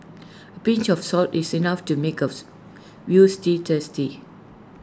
pinch of salt is enough to make A Veal Stew tasty